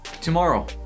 tomorrow